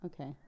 okay